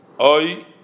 oi